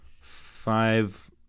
five